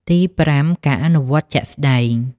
ទីប្រាំ ការអនុវត្តជាក់ស្តែង។